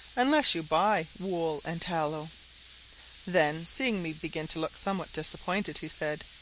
unless you buy wool and tallow then, seeing me begin to look somewhat disappointed, he said,